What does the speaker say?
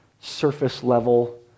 surface-level